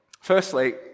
Firstly